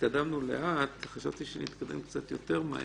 התקדמנו לאט, חשבתי שנתקדם קצת יותר מהר.